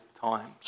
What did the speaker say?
times